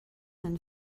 than